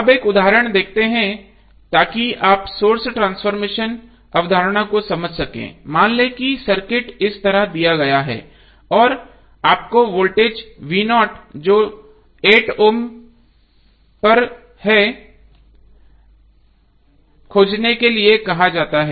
अब एक उदाहरण देखते हैं ताकि आप सोर्स ट्रांसफॉर्मेशन अवधारणा को समझ सकें अब मान लें कि सर्किट इस तरह दिया गया है और आपको वोल्टेज जो 8 ओम पर है खोजने के लिए कहा जाता है